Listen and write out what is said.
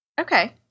Okay